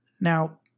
Now